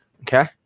okay